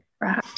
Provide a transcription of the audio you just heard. Right